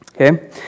Okay